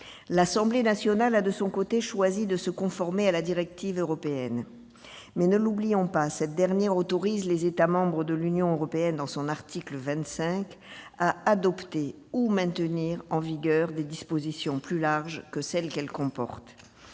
L'Assemblée nationale a, de son côté, choisi de se conformer à la directive européenne. Ne l'oublions pas, cette dernière, dans son article 25, autorise les États membres de l'Union européenne à « adopter ou maintenir en vigueur des dispositions plus larges » que celles qu'elle comporte.